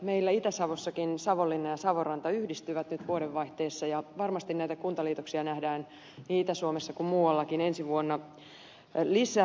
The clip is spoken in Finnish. meillä itä savossakin savonlinna ja savonranta yhdistyvät nyt vuodenvaihteessa ja varmasti näitä kuntaliitoksia nähdään niin itä suomessa kuin muuallakin ensi vuonna lisää